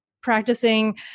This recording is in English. practicing